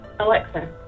Alexa